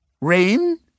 Rain